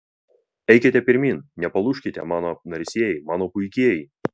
eikite pirmyn nepalūžkite mano narsieji mano puikieji